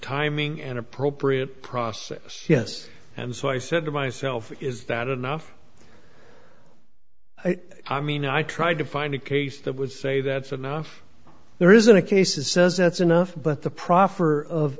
timing and appropriate process yes and so i said to myself is that enough i mean i tried to find a case that would say that's enough there isn't a case is says that's enough but the proffer of